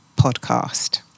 podcast